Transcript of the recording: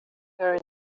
here